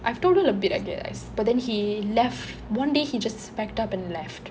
I have told her a bit I guess but then he left one day he just packed up and left